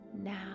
now